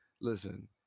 listen